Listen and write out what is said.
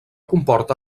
comportà